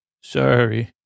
Sorry